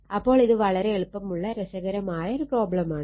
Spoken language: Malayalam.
അപ്പോൾ ഇത് വളരെ എളുപ്പമുള്ള രസകരമായ പ്രോബ്ലം ആണ്